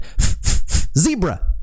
zebra